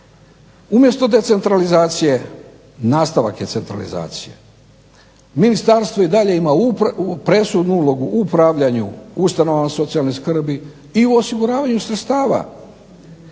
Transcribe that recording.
Umjesto decentralizacije nastavak je centralizacije. Ministarstvo i dalje ima presudnu ulogu u upravljanju ustanovama socijalne skrbi i u osiguravanju sredstava